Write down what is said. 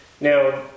Now